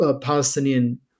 Palestinian